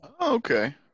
okay